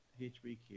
HBQ